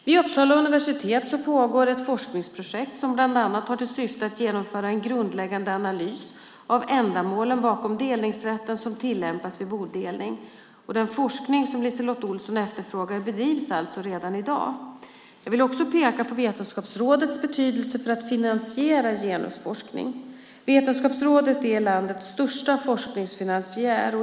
Vid Uppsala universitet pågår ett forskningsprojekt som bland annat har till syfte att genomföra en grundläggande analys av ändamålen bakom delningsrätten som tillämpas vid bodelning. Den forskning som LiseLotte Olsson efterfrågar bedrivs alltså redan i dag. Jag vill också peka på Vetenskapsrådets betydelse för att finansiera genusforskning. Vetenskapsrådet är landets största forskningsfinansiär.